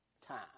time